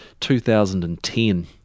2010